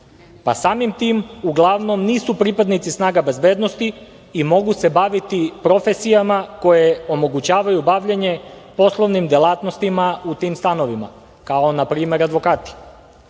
pa samim tim uglavnom nisu pripadnici snaga bezbednosti i mogu se baviti profesijama koje omogućavaju bavljenje poslovnim delatnostima u tim stanovima, kao na primer advokati. Pravo